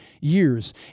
years